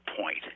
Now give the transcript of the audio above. point